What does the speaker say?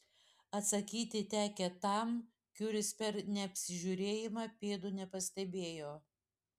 atsakyti tekę tam kiuris per neapsižiūrėjimą pėdų nepastebėjo